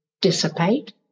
dissipate